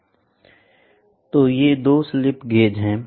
तो ये 2 slip gauge हैं